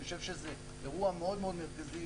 אני חושב שזה אירוע מאוד מאוד מרכזי,